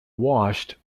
washed